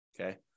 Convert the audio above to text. Okay